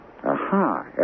Aha